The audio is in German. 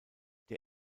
der